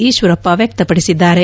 ಈಶ್ವರಪ್ಪ ವ್ಯಕ್ತ ಪಡಿಸಿದ್ದಾರೆ